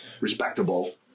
Respectable